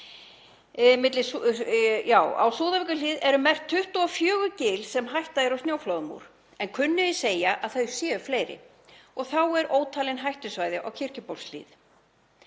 Á Súðavíkurhlíð eru merkt 24 gil sem hætta er á snjóflóðum úr, en kunnugir segja að þau séu fleiri og þá eru ótalin hættusvæði á Kirkjubólshlíð.